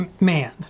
man